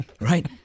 right